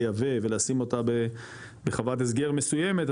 לייבא ולשים אותה בחוות הסגר מסוימת,